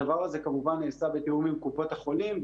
הדבר הזה כמובן נעשה בתיאום עם קופות החולים.